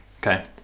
okay